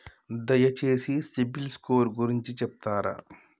దయచేసి సిబిల్ స్కోర్ గురించి చెప్తరా?